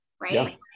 right